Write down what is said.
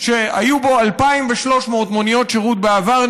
שהיו בו 2,300 מוניות שירות בעבר,